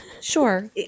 Sure